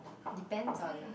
depends on